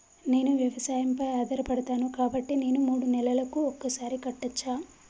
నేను వ్యవసాయం పై ఆధారపడతాను కాబట్టి నేను మూడు నెలలకు ఒక్కసారి కట్టచ్చా?